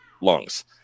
lungs